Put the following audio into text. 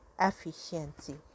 efficiency